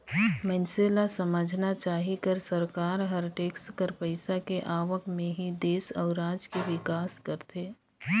मइनसे ल समझना चाही कर सरकार हर टेक्स कर पइसा के आवक म ही देस अउ राज के बिकास करथे